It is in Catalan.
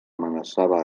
amenaçava